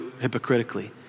hypocritically